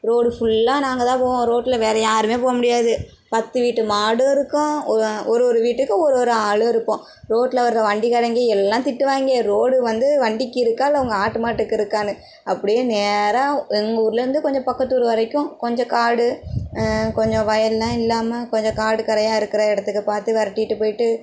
road ஃபுல்லா நாங்கதான் போவோம் ரோட்டில வேற யாருமே போ முடியாது பத்து வீட்டு மாடும் இருக்கும் ஒரு ஒரு வீட்டுக்கும் ஒரு ஒரு ஆளும் இருப்போம் ரோட்டில வர்ற வண்டிக்காரைங்க எல்லாம் திட்டுவாங்க ரோடு வந்து வண்டிக்கு இருக்கா இல்லை உங்கள் ஆட்டு மாட்டுக்கு இருக்கான்னு அப்படியே நேராக எங்கள் ஊர்லேருந்து கொஞ்சம் பக்கத்து ஊர் வரைக்கும் கொஞ்சம் காடு கொஞ்சம் வயல்லாம் இல்லாமல் கொஞ்சம் காடு கரையாக இருக்கிற இடத்துக்கு பார்த்து விரட்டிட்டு போய்ட்டு